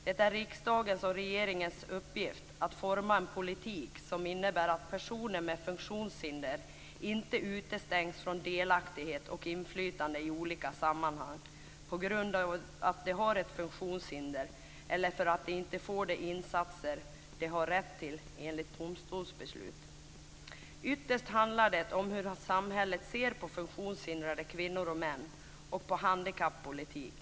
Det är riksdagens och regeringens uppgift att utforma en politik som innebär att personer med funktionshinder inte utestängs från delaktighet och inflytande i olika sammanhang på grund av att de har ett funktionshinder eller av att de inte får de insatser som de har rätt till enligt domstolsbeslut. Ytterst handlar det om hur samhället ser på funktionshindrade kvinnor och män och på handikappolitik.